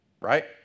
right